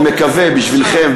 אני מקווה בשבילכם,